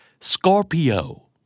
Scorpio